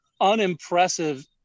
unimpressive